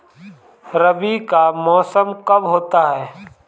रबी का मौसम कब होता हैं?